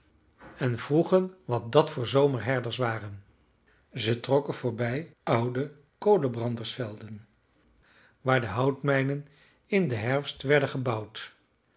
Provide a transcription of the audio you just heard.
en vroegen wat dat voor zomerherders waren ze trokken voorbij oude kolenbrandersvelden waar de houtmijnen in den herfst werden gebouwd